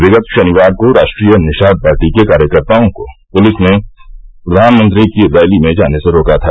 विगत शनिवार को राष्ट्रीय निषाद पार्टी के कार्यकर्ताओं को पुलिस ने प्रधानमंत्री की रैली में जाने से रोका था